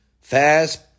fast